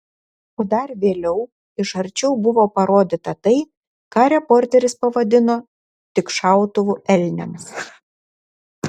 o dar vėliau iš arčiau buvo parodyta tai ką reporteris pavadino tik šautuvu elniams